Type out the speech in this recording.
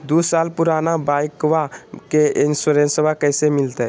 दू साल पुराना बाइकबा के इंसोरेंसबा कैसे मिलते?